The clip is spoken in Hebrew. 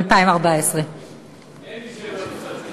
2014. אין שאלות נוספות.